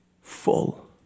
full